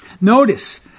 Notice